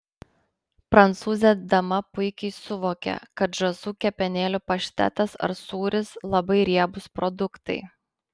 prancūzė dama puikiai suvokia kad žąsų kepenėlių paštetas ar sūris labai riebūs produktai